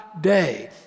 day